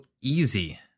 easy